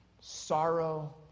sorrow